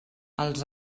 els